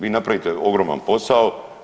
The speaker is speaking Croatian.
Vi napravite ogroman posao.